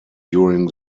during